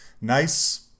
nice